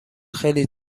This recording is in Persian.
خیلی